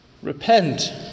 Repent